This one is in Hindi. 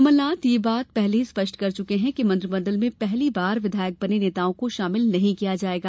कमलनाथ यह बात पहले ही स्पष्ट कर चुके हैं कि मंत्रिमंडल में पहली बार विधायक बनें नेताओं को शामिल नहीं किया जायेगा